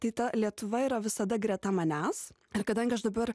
tai ta lietuva yra visada greta manęs ir kadangi aš dabar